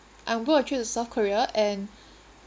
I'm going on a trip to south korea and